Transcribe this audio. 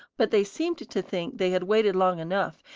but they seemed to think they had waited long enough,